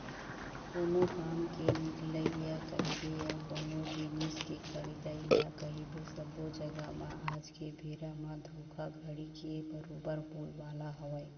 कोनो काम के निकलई ल कहिबे या कोनो जिनिस के खरीदई ल कहिबे सब्बो जघा म आज के बेरा म धोखाघड़ी के बरोबर बोलबाला हवय